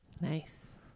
Nice